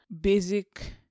basic